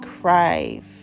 Christ